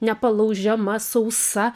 nepalaužiama sausa